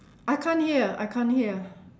I can't hear I can't hear